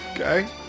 Okay